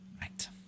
Right